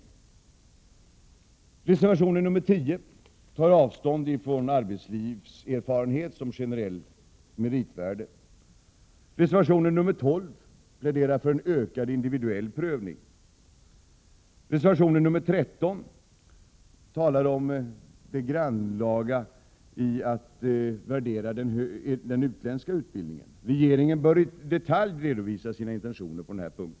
I reservation 10 tar vi avstånd från arbetslivserfarenhet som generellt meritvärde. I reservation 12 pläderar vi för en ökad individuell prövning. Reservation 13 handlar om det grannlaga i att värdera den utländska utbildningen. Regeringen bör i detalj redovisa sina intentioner på denna punkt.